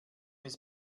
ist